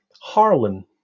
Harlan